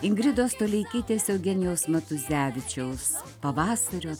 ingridos toleikytės eugenijaus matuzevičiaus pavasario